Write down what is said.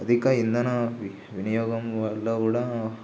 అధిక ఇంధన వి వినియోగం వల్ల కూడా